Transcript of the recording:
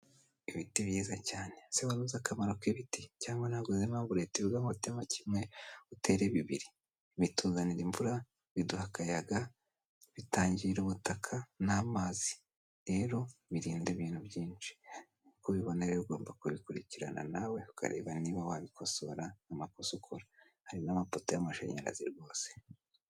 Ibiti byiza cyane, ese waru uzi akamaro k'ibiti? cyangwa ntago uzi impamvu leta ivuga ngo tema kimwe utere bibiri? Bituzanira imvura, biduha akayaga, bitangira ubutaka n'amazi rero birinda ibintu byinshi, nk'uko ubibona rero ugomba kubikurikirana nawe ukareba niba wabikosora amakosa ukora hari n'amapoto y'amashanyarazi rwose.